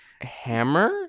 hammer